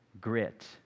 grit